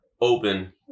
open